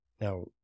Now